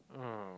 um